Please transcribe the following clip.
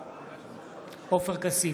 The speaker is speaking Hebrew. בעד עופר כסיף,